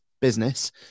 business